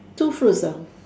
two fruits ah